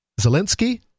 Zelensky